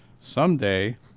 Someday